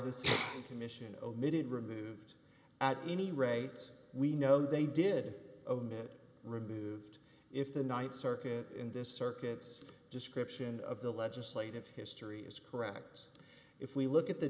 state commission omitted removed at any rate we know they did it removed if the night circuit in this circuits description of the legislative history is correct if we look at the